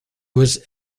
was